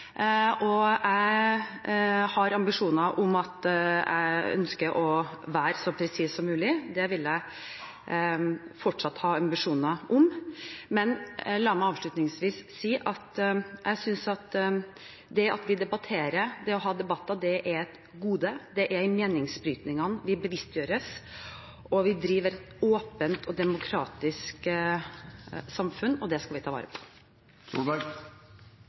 og jeg har ambisjoner og ønsker om å være så presis som mulig – det vil jeg fortsatt ha ambisjoner om. Men la meg avslutningsvis si at jeg synes det å ha debatter er et gode. Det er i meningsbrytningene vi bevisstgjøres, vi driver et åpent og demokratisk samfunn, og det skal vi ta vare